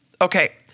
Okay